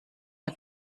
der